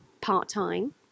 part-time